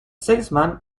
salesman